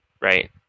right